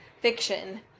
fiction